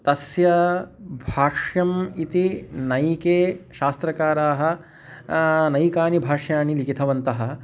तस्य भाष्यम् इति नैके शास्त्रकाराः नैकानि भाष्याणि लिखितवन्तः